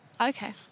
okay